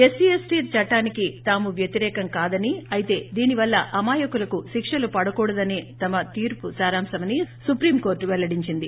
SC ST చట్లానికి తాము వ్యతిరేకం కాదని అయితే దీని వల్ల అమాయకులకు శిక్షలు పడకూడదనేదే తమ తీర్పు సారాంశమని సుప్రీం కోర్లు పెల్లడించింది